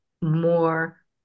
more